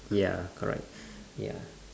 ya correct ya